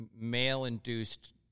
male-induced